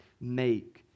make